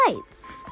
lights